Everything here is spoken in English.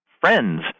friends